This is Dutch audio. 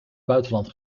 buitenland